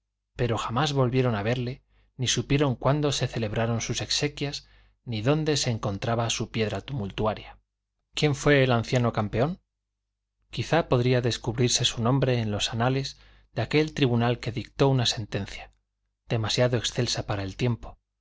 pero jamás volvieron a verle ni supieron cuándo se celebraron sus exequias ni dónde se encontraba su piedra tumularia quién fué el anciano campeón quizá podría descubrirse su nombre en los anales de aquel tribunal que dictó una sentencia demasiado excelsa para el tiempo